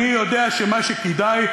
אני יודע שמה שכדאי,